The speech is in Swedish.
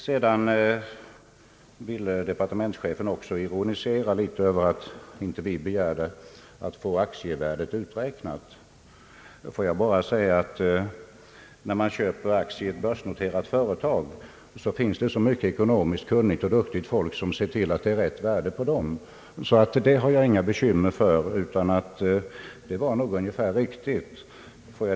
Sedan ville departementschefen ironisera över att vi inte hade begärt att få aktievärdet uträknat. När man köper aktier i ett börsnoterat företag, finns det så mycket ekonomiskt kunnigt och duktigt folk som ser till att det är rätt värde på aktierna, att det hade jag inte några bekymmer för utan antog att värdet var riktigt.